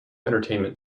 entertainment